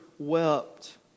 wept